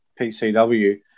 PCW